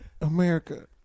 america